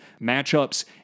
matchups